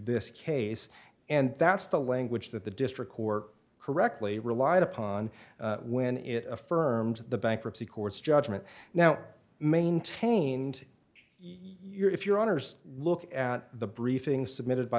this case and that's the language that the district court correctly relied upon when it affirmed the bankruptcy courts judgment now maintained your if your honour's look at the briefing submitted by